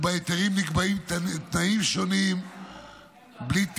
ובהיתרים נקבעים תנאים שונים בלי תיאום,